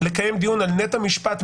לקיים דיון על נט המשפט,